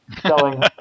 selling